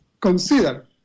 consider